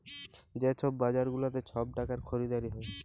যে ছব বাজার গুলাতে ছব টাকার খরিদারি হ্যয়